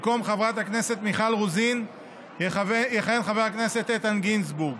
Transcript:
במקום חברת הכנסת מיכל רוזין יכהן חבר הכנסת איתן גינזבורג,